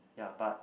ya but